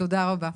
תודה רבה.